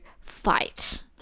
fight